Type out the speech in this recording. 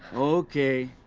okay.